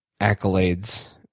accolades